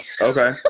Okay